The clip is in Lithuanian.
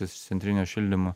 iš centrinio šildymo